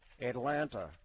Atlanta